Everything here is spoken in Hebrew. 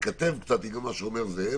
מתכתב קצת עם מה שאומר זאב,